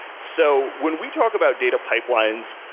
so when we talk about data pipelines,